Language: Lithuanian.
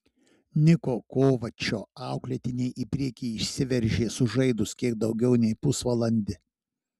niko kovačo auklėtiniai į priekį išsiveržė sužaidus kiek daugiau nei pusvalandį